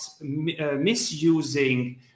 misusing